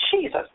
Jesus